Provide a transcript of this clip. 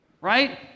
right